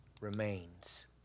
remains